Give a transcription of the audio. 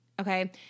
Okay